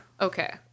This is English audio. Okay